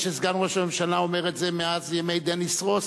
נדמה לי שסגן ראש הממשלה אומר את זה מאז ימי דניס רוס.